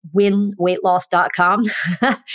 winweightloss.com